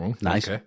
Nice